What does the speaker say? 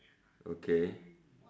okay